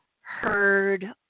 heard